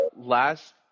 last